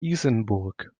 isenburg